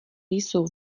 jsou